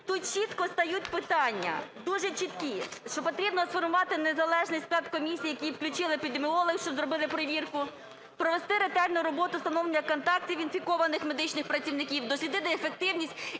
Тут чітко стають питання, дуже чіткі, що потрібно сформувати незалежний склад комісії, в який включили би епідеміологів, щоб зробили перевірку; провести ретельну роботу встановлення контактів інфікованих медичних працівників; дослідити ефективність,